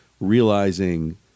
realizing